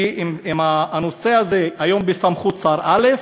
כי אם הנושא הזה היום בסמכות שר א',